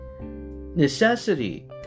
Necessity